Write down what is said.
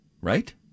right